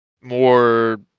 more